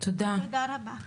תודה רבה.